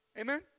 Amen